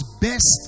best